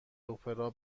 اپرا